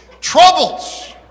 troubles